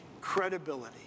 credibility